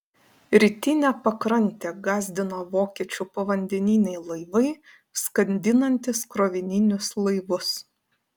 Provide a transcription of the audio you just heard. rytinę pakrantę gąsdino vokiečių povandeniniai laivai skandinantys krovininius laivus